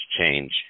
change